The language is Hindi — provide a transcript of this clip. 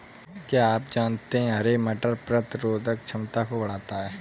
क्या आप जानते है हरे मटर प्रतिरोधक क्षमता को बढ़ाता है?